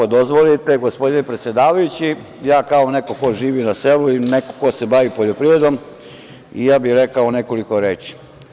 Gospodine predsedavajući, ja kao neko ko živi na silu i neko ko se bavi poljoprivredom, ja bi rekao nekoliko reči.